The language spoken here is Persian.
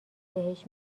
بهش